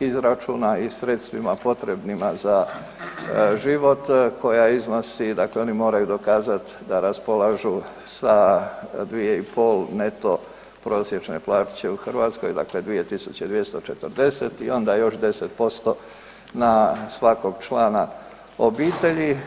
izračuna i sredstvima potrebnima za život koja iznosi, dakle oni moraju dokazati da raspolažu sa 2,5 neto prosječne plaće u Hrvatskoj, dakle 2240 i onda još 10% na svakog člana obitelji.